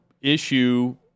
issue